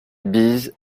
bise